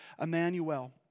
Emmanuel